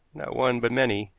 not one but many,